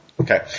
okay